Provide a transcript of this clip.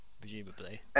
Presumably